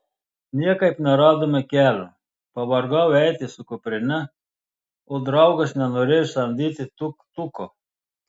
niekaip neradome kelio pavargau eiti su kuprine o draugas nenorėjo samdyti tuk tuko